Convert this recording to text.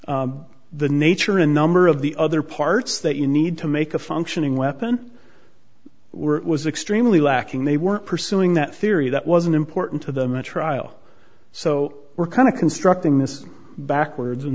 design the nature and number of the other parts that you need to make a functioning weapon were was extremely lacking they weren't pursuing that theory that wasn't important to them at trial so we're kind of constructing this backwards in